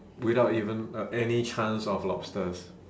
without even a any chance of lobsters